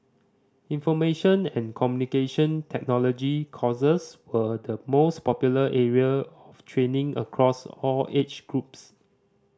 Information and Communication Technology courses were the most popular area of training across all age groups